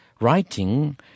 writing